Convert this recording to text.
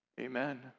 Amen